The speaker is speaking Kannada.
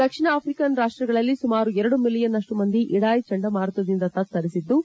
ದಕ್ಷಿಣ ಆಫ್ರಿಕನ್ ರಾಷ್ಟಗಳಲ್ಲಿ ಸುಮಾರು ಎರಡು ಮಿಲಿಯನ್ನಷ್ಟು ಜನ ಇಡಾಯಿ ಚಂಡಮಾರುತದಿಂದ ತತ್ತರಿಸಿದ್ದು